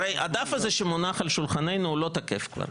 הרי הדף הזה שמונח על שולחננו הוא לא תקף כבר.